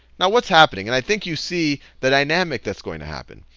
now what's happening? and i think you see the dynamic that's going to happen.